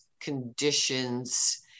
conditions